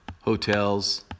hotels